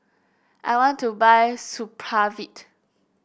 I want to buy Supravit